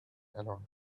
alone